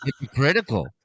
hypocritical